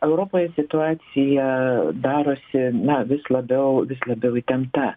europoje situacija darosi vis labiau vis labiau įtempta